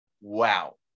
Wow